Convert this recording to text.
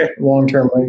long-term